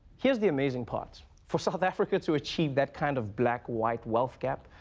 here's the amazing part. for south africa to achieve that kind of black-white wealth gap,